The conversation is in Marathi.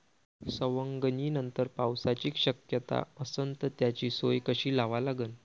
सवंगनीनंतर पावसाची शक्यता असन त त्याची सोय कशी लावा लागन?